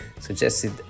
suggested